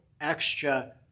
extra